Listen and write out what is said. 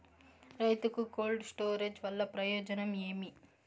రైతుకు cold storage వల్ల ప్రయోజనం ఏమి?